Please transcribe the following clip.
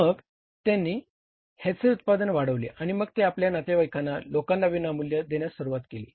मग त्यांनी ह्याचे उत्पादन वाढवले आणि मग ते आपल्या नातेवाईकांना लोकांना विनामूल्य देण्यास सुरुवात केली